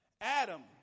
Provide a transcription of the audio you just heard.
Adam